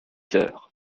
heures